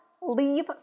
leave